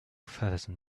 thousand